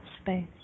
space